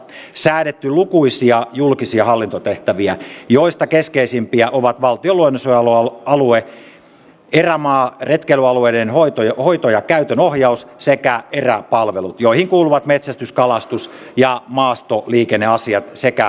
erityislaeissa säädetty lukuisia julkisia hallintotehtäviä joista keskeisimpiä ovat valtion luonnonsuojelu erämaa ja retkeilyalueiden hoito ja käytön ohjaus sekä eräpalvelut joihin kuuluvat metsästys kalastus ja maastoliikenneasiat sekä erävalvonta